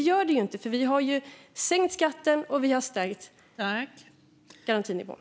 Det gör det inte, för vi har sänkt skatten och stärkt garantinivån.